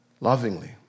lovingly